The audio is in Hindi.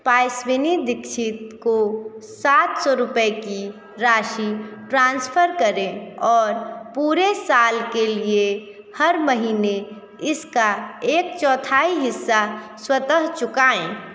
पायस्विनी दीक्षित को सात सौ रुपये की राशि ट्रांसफ़र करें और पूरे साल के लिए हर महीने इसका एक चौथाई हिस्सा स्वतः चुकाएँ